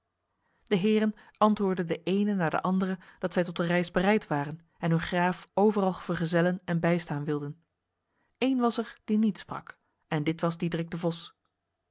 de heren antwoordden de ene na de andere dat zij tot de reis bereid waren en hun graaf overal vergezellen en bijstaan wilden een was er die niet sprak en dit was diederik de vos